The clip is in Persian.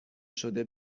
شده